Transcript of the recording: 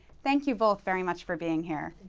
thank you both very much for being here.